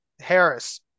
Harris